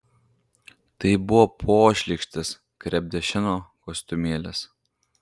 tai buvo pošlykštis krepdešino kostiumėlis